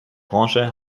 branche